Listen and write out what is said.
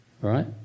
Right